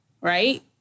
right